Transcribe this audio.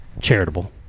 charitable